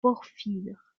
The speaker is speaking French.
porphyre